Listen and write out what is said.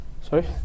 sorry